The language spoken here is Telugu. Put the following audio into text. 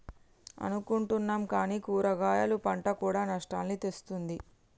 అనుకుంటున్నాం కానీ కూరగాయలు పంట కూడా నష్టాల్ని తెస్తుంది